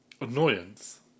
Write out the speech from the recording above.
Annoyance